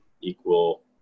equal